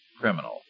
criminal